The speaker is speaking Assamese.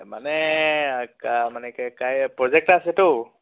মানে মানে কি প্ৰজেক্ট এটা আছেতো